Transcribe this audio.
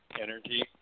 energy